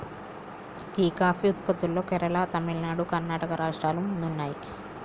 గీ coffee ఉత్పత్తిలో కేరళ, తమిళనాడు, కర్ణాటక రాష్ట్రాలు ముందున్నాయి